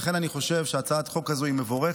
לכן אני חושב שהצעת החוק הזאת היא מבורכת,